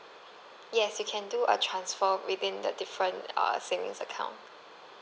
yes you can do a transfer within the different uh savings account